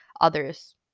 others